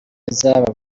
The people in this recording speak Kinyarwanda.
izaba